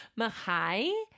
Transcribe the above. Mahai